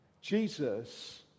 Jesus